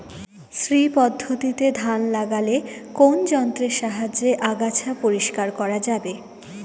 শ্রী পদ্ধতিতে ধান লাগালে কোন যন্ত্রের সাহায্যে আগাছা পরিষ্কার করা যাবে?